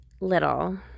little